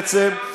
בעצם,